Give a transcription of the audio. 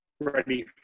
ready